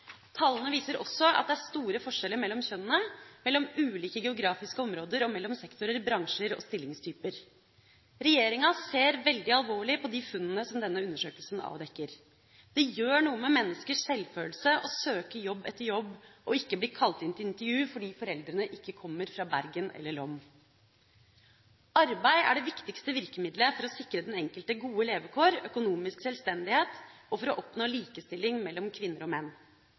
Tallene viser også at det er store forskjeller mellom kjønnene, mellom ulike geografiske områder og mellom sektorer, bransjer og stillingstyper. Regjeringa ser svært alvorlig på de funnene som denne undersøkelsen avdekker. Det gjør noe med menneskers selvfølelse å søke på jobb etter jobb og ikke bli kalt inn til intervju fordi foreldrene ikke kommer fra Bergen eller Lom. Arbeid er det viktigste virkemiddelet for å sikre den enkelte gode levekår, økonomisk sjølstendighet og for å oppnå likestilling mellom kvinner og menn.